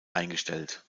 eingestellt